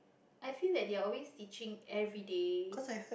I feel that they are always teaching everyday